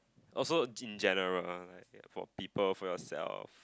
also in general for your people for yourself